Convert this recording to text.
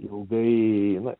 ilgai na